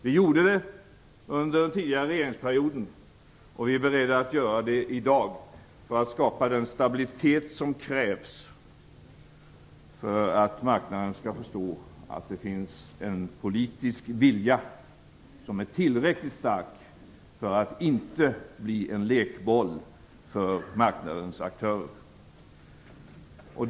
Vi gjorde det under den förra regeringsperioden, och vi är beredda att göra det i dag för att skapa den stabilitet som krävs för att marknaden skall förstå att det finns en tillräckligt stark politisk vilja för att det inte skall bli fråga om en lekboll för marknadens aktörer.